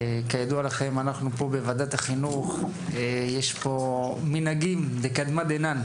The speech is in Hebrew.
כידוע לכם לנו פה בוועדת החינוך יש מנהגים מקדמת דנא,